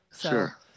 Sure